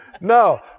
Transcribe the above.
no